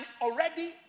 already